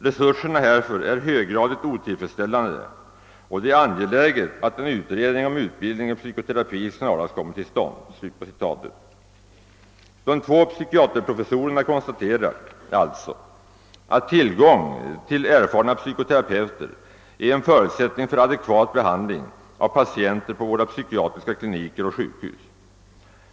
Resurserna härför är höggradigt otillfredsställande och det är angeläget att en utredning om utbildning i psykoterapi snarast kommer till stånd.» De två psykiaterprofessorerna konstaterar alltså att tillgången på erfarna psykoterapeuter är en förutsättning för adekvat behandling av patienter på våra psykiatriska kliniker och sjukhus.